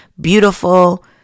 beautiful